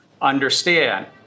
understand